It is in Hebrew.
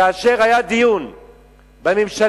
כאשר היה דיון בממשלה,